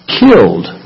killed